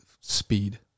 speed